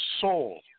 soul